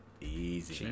Easy